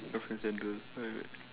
socks and sandal